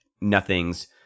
nothing's